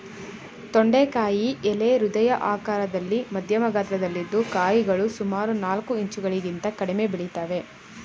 ತೊಂಡೆಕಾಯಿ ಎಲೆ ಹೃದಯ ಆಕಾರದಲ್ಲಿ ಮಧ್ಯಮ ಗಾತ್ರದಲ್ಲಿದ್ದು ಕಾಯಿಗಳು ಸುಮಾರು ನಾಲ್ಕು ಇಂಚುಗಳಿಗಿಂತ ಕಡಿಮೆ ಬೆಳಿತವೆ